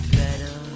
better